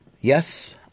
Yes